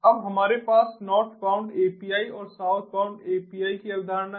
अब हमारे पास नॉर्थबाउंड एपीआई और साउथबाउंड एपीआई की अवधारणा है